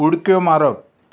उडक्यो मारप